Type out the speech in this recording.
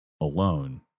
alone